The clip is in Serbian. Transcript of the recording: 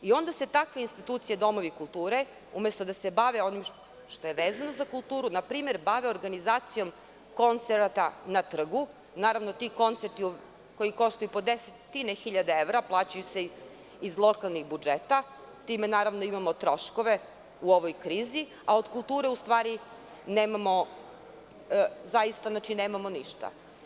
Onda se takve institucije, domovi kulture umesto da se bave onim što je vezano za kulturu, npr, bave se organizacijom koncerta na trgu, naravno ti koncerti koji koštaju po desetine hiljada evra plaćaju se iz lokalnih budžeta i time imamo troškove u ovoj krizi, a od kulture nemamo ništa.